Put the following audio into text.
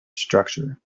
structure